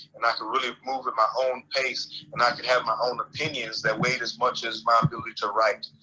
and i could really move in my own pace and i can have my own opinions that weighed as much as my um ability to write.